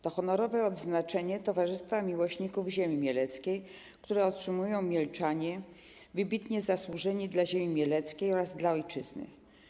To honorowe odznaczenie Towarzystwa Miłośników Ziemi Mieleckiej, które otrzymują mielczanie wybitnie zasłużeni dla ziemi mieleckiej oraz dla ojczyzny.